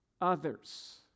others